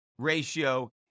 ratio